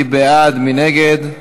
מי בעד, מי נגד?